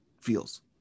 feels